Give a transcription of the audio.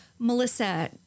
Melissa